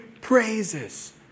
praises